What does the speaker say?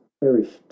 perished